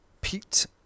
Pete